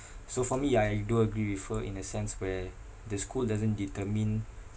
so for me I do agree with her in a sense where the school doesn't determine